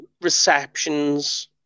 receptions